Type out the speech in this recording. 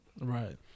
right